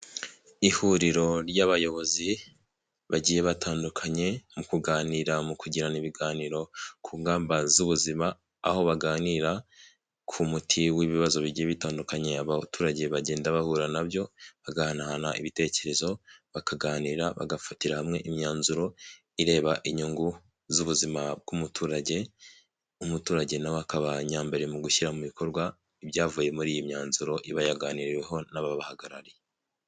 Ihuriro ry'abayobozi bagiye batandukanye mu kuganira mu kugirana ibiganiro ku ngamba z'ubuzima, aho baganira ku muti w'ibibazo bigiye bitandukanye abaturage bagenda bahura na byo, bagahanahana ibitekerezo, bakaganira bagafatira hamwe imyanzuro ireba inyungu z'ubuzima bw'umuturage, umuturage na we akaba nyambere mu gushyira mu bikorwa ibyavuye muri iyi myanzuro iba yaganiriweho n'ababahagarariye.